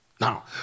Now